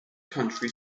country